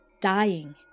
dying